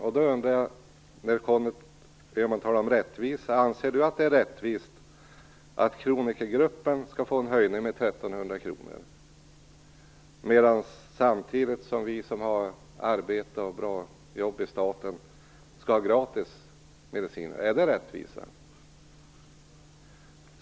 Conny Öhman talade om rättvisa, men anser han att det är rättvist att kronikergruppen skall få en höjning med 1 300 kr, samtidigt som vi med bra jobb i staten skall ha gratis mediciner? Är det rättvisa?